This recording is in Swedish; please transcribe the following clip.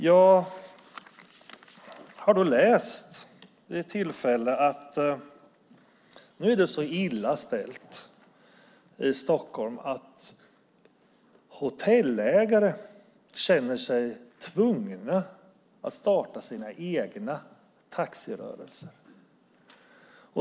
Jag har vid något tillfälle läst att det nu är så illa ställt i Stockholm att hotellägare känner sig tvungna att starta sina egna taxirörelser.